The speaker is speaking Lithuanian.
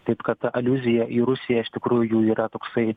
taip kad aliuzija į rusiją iš tikrųjų yra toksai